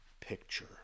picture